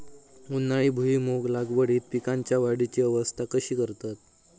उन्हाळी भुईमूग लागवडीत पीकांच्या वाढीची अवस्था कशी करतत?